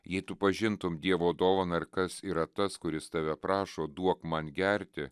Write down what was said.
jei tu pažintum dievo dovaną ir kas yra tas kuris tave prašo duok man gerti